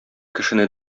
кешене